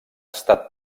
estat